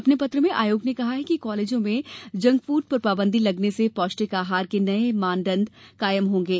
अपने पत्र में आयोग ने कहा है कि कॉलेजों में जंक फूड पर पाबंदी लगने से पौष्टिक आहार के नये मानदंड कायम होंगे